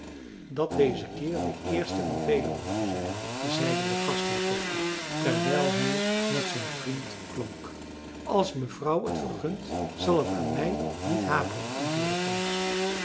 dat deze keer de eerste van velen moge zijn zeide de gastheer plechtig terwijl hij met zijn vriend klonk als mevrouw het vergunt zal het aan mij niet haperen antwoordde frans